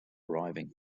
arriving